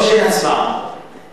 טוב שאין הצבעה.